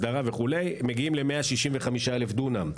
הסדרה וכו' מגיעים ל-165,000 דונם.